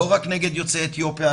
לא רק נגד יוצאי אתיופיה,